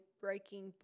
breaking